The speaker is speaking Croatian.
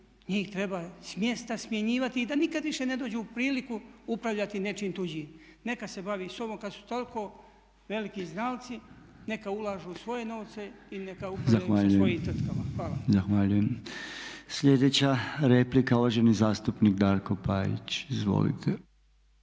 njih treba smjesta smjenjivati i da nikad više ne dođu u priliku upravljati nečijim tuđim. Neka se bavi sobom kad su toliko veliki znalci, neka ulažu svoje novce i neka upravljaju sa svojim tvrtkama. Hvala. **Podolnjak, Robert (MOST)** Zahvaljujem. Sljedeća replika uvaženi zastupnik Darko Parić. Izvolite.